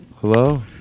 Hello